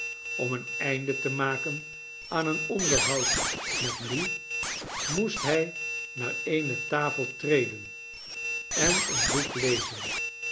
om een einde te maken aan een onderhoud met lou moest hij naar eene tafel treden en een boek lezen